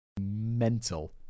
mental